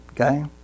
okay